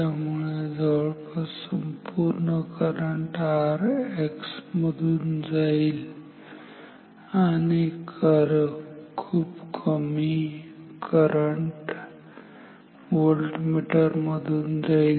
त्यामुळे जवळपास संपूर्ण करंट Rx मधून जाईल आणि खूप कमी करंट व्होल्टमीटर मधून जाईल